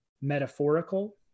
metaphorical